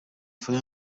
fire